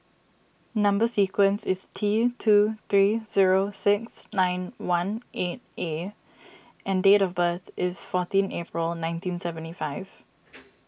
Number Sequence is T two three zero six nine one eight A and date of birth is fourteen April nineteen seventy five